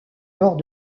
lors